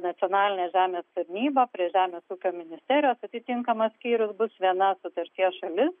nacionalinė žemės tarnyba prie žemės ūkio ministerijos atitinkamas skyrius bus viena sutarties šalis